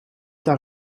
daar